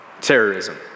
terrorism